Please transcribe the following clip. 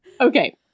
Okay